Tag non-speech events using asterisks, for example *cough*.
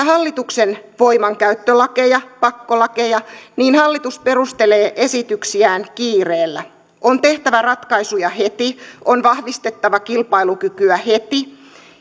*unintelligible* hallituksen voimankäyttölakeja pakkolakeja niin hallitus perustelee esityksiään kiireellä on tehtävä ratkaisuja heti on vahvistettava kilpailukykyä heti